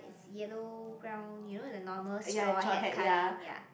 yellow brown you know the normal straw hat kind ya